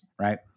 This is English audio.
Right